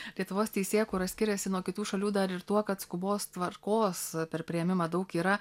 lietuvos teisėkūra skiriasi nuo kitų šalių dar ir tuo kad skubos tvarkos per priėmimą daug yra